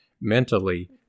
mentally